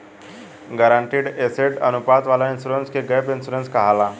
guaranteed asset अनुपात वाला insurance के गैप इंश्योरेंस कहाला